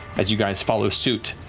as you guys follow suit,